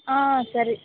ಆಂ ಸರಿ